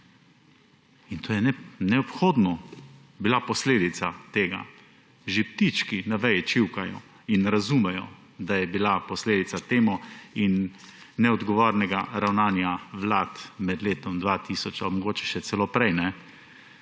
To je neobhodno bila posledica tega. Že ptički na veji čivkajo in razumejo, da je bila posledica tega in neodgovornega ravnanja vlad med letom 2000, ali pa mogoče še celo prej,